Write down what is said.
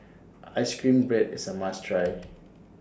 Ice Cream Bread IS A must Try